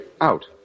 Out